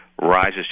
rises